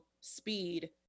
speed